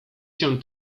się